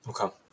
okay